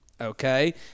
okay